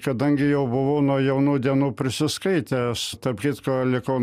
kadangi jau buvau nuo jaunų dienų prisiskaitęs tarp kitko likau